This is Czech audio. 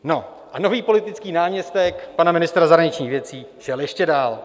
No a nový politický náměstek pana ministra zahraničních věcí šel ještě dál.